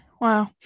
Wow